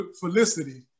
Felicity